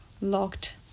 locked